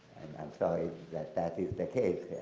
i'm sorry that that is the case.